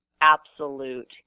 absolute